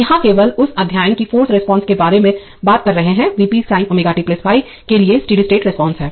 यहां केवल इस अध्ययन की फाॅर्स रिस्पांस के बारे में बात कर रहे हैं V p sin ω t 5 के लिए स्टेडी स्टेट रिस्पांस है